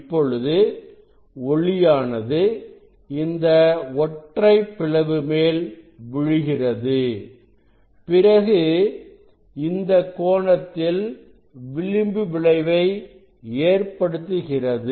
இப்பொழுது ஒளியானது இந்த ஒற்றைப் பிளவு மேல் விழுகிறது பிறகு இந்தக் கோணத்தில் விளிம்பு விளைவை ஏற்படுத்துகிறது